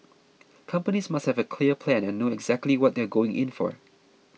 companies must have a clear plan and know exactly what they are going in for